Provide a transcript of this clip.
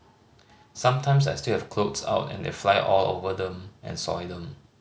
sometimes I still have clothes out and they fly all over them and soil them